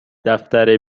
دفتر